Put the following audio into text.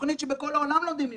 זו תוכנית שבכל העולם לומדים ממנה.